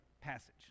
passage